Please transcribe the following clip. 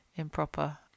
Improper